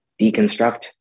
deconstruct